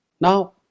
Now